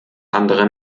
andere